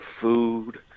food